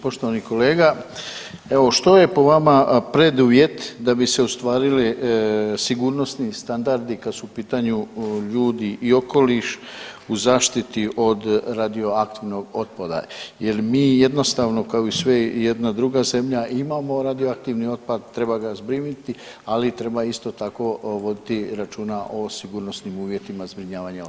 Poštovani kolega, evo što je po vama preduvjet da bi se ostvarili sigurnosni standardi kad su u pitanju ljudi i okoliš u zaštiti od radioaktivnog otpada jer mi jednostavno kao i sve i jedna druga zemlja imamo radioaktivni otpad, treba ga zbrinuti, ali treba isto tako voditi računa o sigurnosnim uvjetima zbrinjavanja otpada.